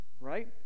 Right